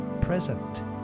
present